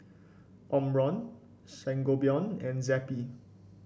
Omron Sangobion and Zappy